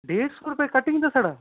डेढ़ सौ रपेऽ कटिंग दा छड़ा